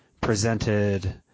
presented